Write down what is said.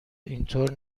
اینطور